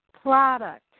product